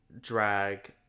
drag